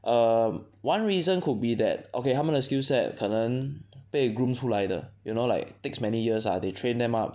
err one reason could be that okay 他们的 skill set 可能被 groom 出来的 you know like takes many years ah they train them up